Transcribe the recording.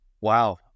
Wow